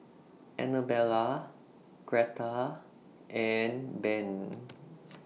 Anabella Gretta and Ben